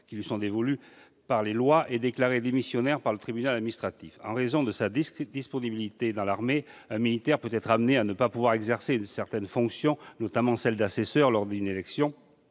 qui lui sont dévolues par les lois est déclaré démissionnaire par le tribunal administratif. En raison de sa disponibilité dans l'armée, un militaire peut être amené à ne pas pouvoir exercer certaines fonctions, notamment celles d'assesseur lors d'une élection